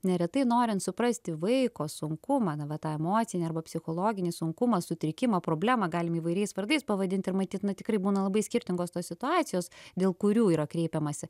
neretai norint suprasti vaiko sunkumą nu va tą emocinį arba psichologinį sunkumą sutrikimą problemą galim įvairiais vardais pavadint ir matyt na tikrai būna labai skirtingos tos situacijos dėl kurių yra kreipiamasi